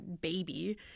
baby